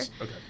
Okay